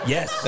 Yes